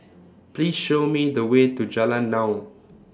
Please Show Me The Way to Jalan Naung